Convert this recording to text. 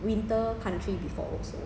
winter country before also